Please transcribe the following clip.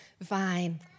vine